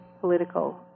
political